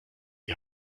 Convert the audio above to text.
die